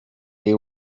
they